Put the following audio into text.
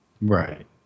Right